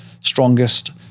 strongest